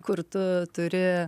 kur tu turi